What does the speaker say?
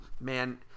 man